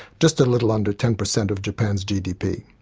just a little under ten percent of japan's gdp.